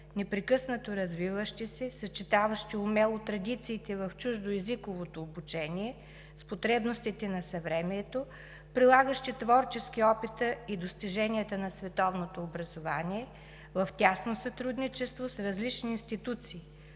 непрекъснато развиващи се и съчетаващи умело традициите в чуждоезиковото обучение с потребностите на съвремието, прилагащи творчески опита и достиженията на световното образование в тясно сътрудничество с различни институции